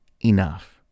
enough